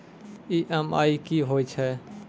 EMI कि होय छै?